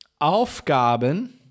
Aufgaben